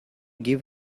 give